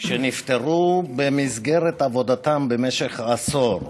תאילנדים שנפטרו במסגרת עובדתם במשך עשור.